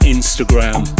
Instagram